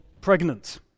pregnant